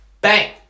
Bang